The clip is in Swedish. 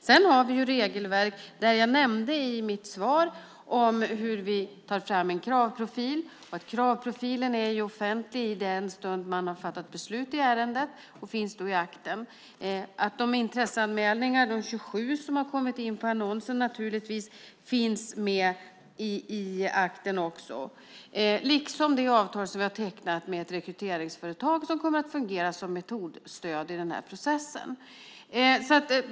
Sedan har vi regelverk där vi, som jag nämnde i mitt svar, tar fram en kravprofil, och kravprofilen är offentlig i den stund man har fattat beslut i ärendet och finns i akten. De 27 intresseanmälningar som har kommit in på annonsen finns med i akten, liksom det avtal som vi har tecknat med det rekryteringsföretag som kommer att fungera som metodstöd i den här processen.